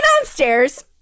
downstairs